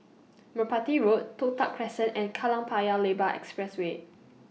Merpati Road Toh Tuck Crescent and Kallang Paya Lebar Expressway